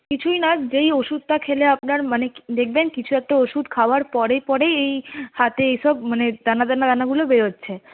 কিছুই না যেই ওষুধটা খেলে আপনার মানে দেখবেন কিছু একটা ওষুধ খাওয়ার পরে পরেই এই হাতে এইসব মানে দানা দানা দানাগুলো বেরোচ্ছে